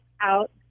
out